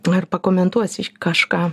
tuoj ir pakomentuosi kažką